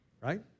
right